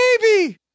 baby